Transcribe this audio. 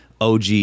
OG